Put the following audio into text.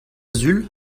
sul